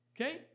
Okay